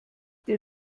dir